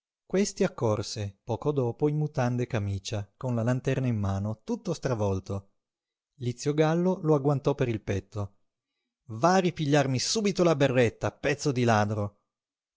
questi accorse poco dopo in mutande e camicia con la lanterna in mano tutto stravolto lizio gallo lo agguantò per il petto va a ripigliarmi subito la berretta pezzo di ladro